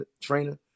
trainer